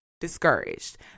discouraged